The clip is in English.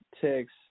text